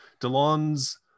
Delon's